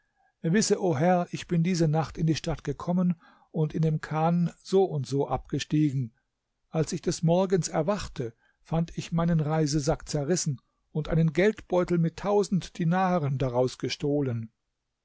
wisse o herr ich bin diese nacht in die stadt gekommen und in dem chan n n abgestiegen als ich des morgens erwachte fand ich meinen reisesack zerrissen und einen geldbeutel mit tausend dinaren daraus gestohlen